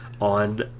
on